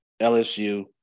LSU